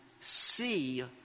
see